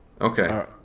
Okay